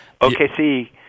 OKC